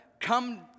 come